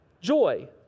joy